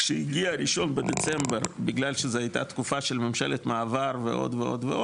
כשהגיע ראשון בדצמבר בגלל שזו הייתה תקופה של ממשלת מעבר ועוד ועוד,